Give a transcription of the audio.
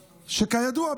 שכידוע,